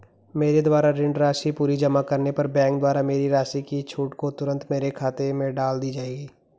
मेरे द्वारा ऋण राशि पूरी जमा करने पर बैंक द्वारा मेरी राशि की छूट को तुरन्त मेरे खाते में डाल दी जायेगी?